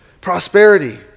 prosperity